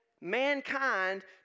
mankind